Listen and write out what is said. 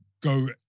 Go